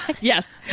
yes